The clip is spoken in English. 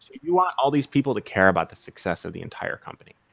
you want all these people to care about the success of the entire company,